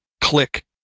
click